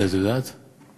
לזכויות ניצולי השואה?